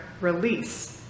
release